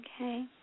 Okay